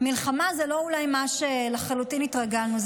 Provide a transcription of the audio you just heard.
מלחמה היא אולי לא מה שלחלוטין התרגלנו אליו.